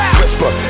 whisper